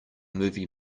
movie